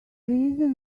reason